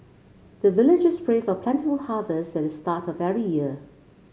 the villagers pray for plentiful harvest at the start of every year